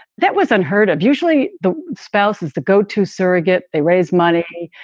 that was unheard of. usually the spouses, the go to surrogate, they raise money.